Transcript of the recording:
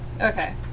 Okay